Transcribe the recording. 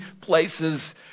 places